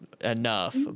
enough